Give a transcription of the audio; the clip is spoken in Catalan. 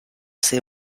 ser